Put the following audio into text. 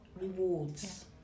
rewards